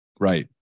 Right